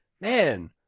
man